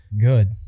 Good